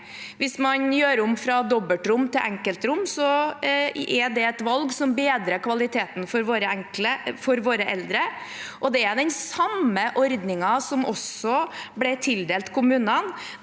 Hvis man gjør om fra dobbeltrom til enkeltrom, er det et valg som bedrer kvaliteten for våre eldre. Det er den samme ordningen som også ble tildelt kommunene